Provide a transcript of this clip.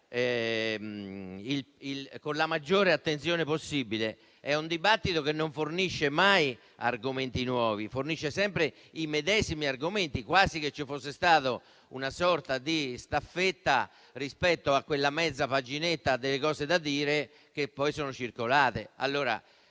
con la maggiore attenzione possibile fornisce non argomenti nuovi, ma sempre i medesimi argomenti, quasi che ci fosse stata una sorta di staffetta rispetto a quella mezza paginetta delle cose da dire, che poi sono circolate.